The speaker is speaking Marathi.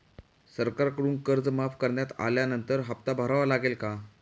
सरकारकडून कर्ज माफ करण्यात आल्यानंतर हप्ता भरावा लागेल का?